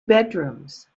bedrooms